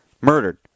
Murdered